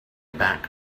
back